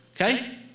Okay